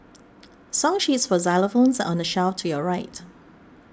song sheets for xylophones on the shelf to your right